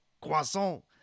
croissant